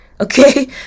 Okay